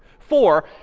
four.